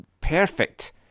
perfect